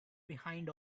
behind